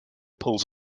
pulls